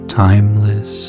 timeless